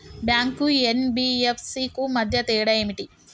Bank కు NBFC కు మధ్య తేడా ఏమిటి?